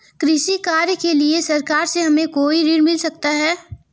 कृषि कार्य के लिए सरकार से हमें कोई ऋण मिल सकता है?